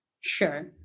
Sure